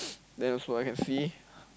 then also I can see